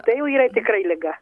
tai jau yra tikrai liga